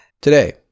today